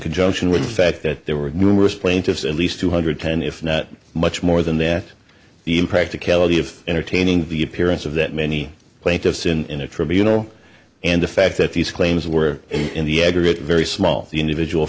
conjunction with the fact that there were numerous plaintiffs at least two hundred ten if not much more than that the impracticality of entertaining the appearance of that many plaintiffs in a tribunal and the fact that these claims were in the aggregate very small the individual